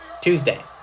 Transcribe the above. Tuesday